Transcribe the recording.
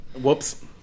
Whoops